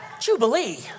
Jubilee